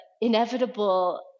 inevitable